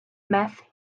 meth